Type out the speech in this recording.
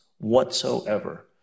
whatsoever